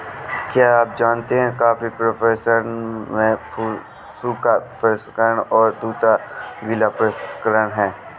क्या आप जानते है कॉफ़ी प्रसंस्करण में सूखा प्रसंस्करण और दूसरा गीला प्रसंस्करण है?